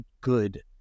good